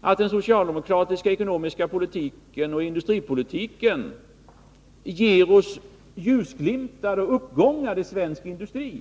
att den socialdemokratiska ekonomiska politiken och industripolitiken ger oss ljusglimtar och uppgångar i svensk industri.